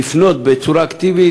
לפנות בצורה אקטיבית,